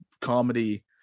comedy